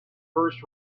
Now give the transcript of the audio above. first